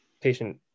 patient